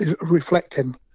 reflecting